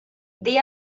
they